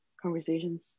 conversations